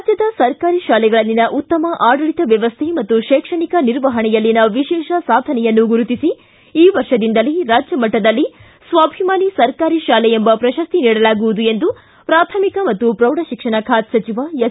ರಾಜ್ಯದ ಸರ್ಕಾರಿ ಶಾಲೆಗಳಲ್ಲಿನ ಉತ್ತಮ ಆಡಳಿತ ವ್ಯವಸ್ಥೆ ಮತ್ತು ಶೈಕ್ಷಣಿಕ ನಿರ್ವಹಣೆಯಲ್ಲಿನ ವಿಶೇಷ ಸಾಧನೆಯನ್ನು ಗುರುತಿಸಿ ಈ ವರ್ಷದಿಂದಲೇ ರಾಜ್ಯಮಟ್ಟದಲ್ಲಿ ಸ್ವಾಭಿಮಾನಿ ಸರ್ಕಾರಿ ಶಾಲೆ ಎಂಬ ಪ್ರಶಸ್ತಿಯನ್ನು ನೀಡಲಾಗುವುದು ಎಂದು ಪ್ರಾಥಮಿಕ ಮತ್ತು ಪ್ರೌಢಶಿಕ್ಷಣ ಖಾತೆ ಸಚಿವ ಎಸ್